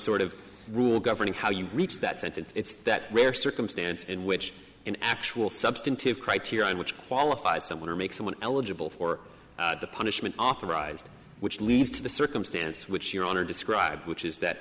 sort of rule governing how you reach that sentence it's that rare circumstance in which an actual substantive criterion which qualifies someone or makes someone eligible for the punishment authorized which leads to the circumstance which your honor described which is that